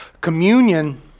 Communion